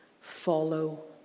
Follow